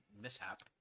mishap